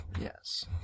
Yes